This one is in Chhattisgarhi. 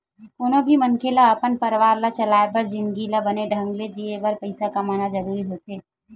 कोनो भी मनखे ल अपन परवार ला चलाय बर जिनगी ल बने ढंग ले जीए बर पइसा कमाना जरूरी होथे